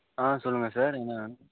ஆ சொல்லுங்கள் சார் என்ன வேணும்